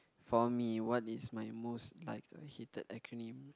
for me what is my most like or hated acronym